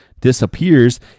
Disappears